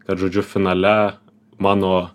kad žodžiu finale mano